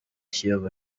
kiyovu